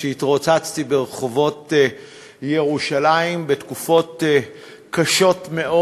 כשהתרוצצתי ברחובות ירושלים בתקופות קשות מאוד,